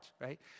right